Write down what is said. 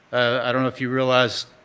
i don't know if you realize,